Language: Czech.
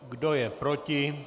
Kdo je proti?